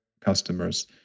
customers